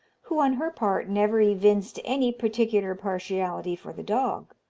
who, on her part, never evinced any particular partiality for the dog.